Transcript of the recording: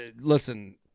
listen